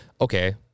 okay